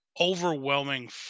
overwhelming